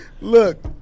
Look